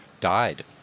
died